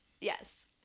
Yes